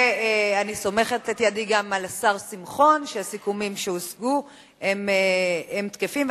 ואני סומכת את ידי על דברי השר שמחון שהסיכומים שהושגו הם תקפים,